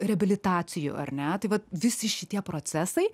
reabilitacijų ar ne tai vat visi šitie procesai